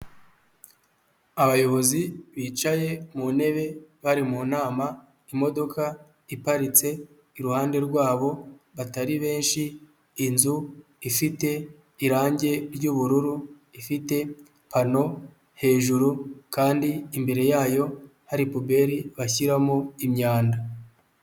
Abayobozi bicaye mu ntebe bari mu nama. Imodoka iparitse iruhande rwabo batari benshi. Inzu ifite irange ry'ubururu, ifite pano hejuru kandi imbere yayo hari puberi bashyiramo imyanda.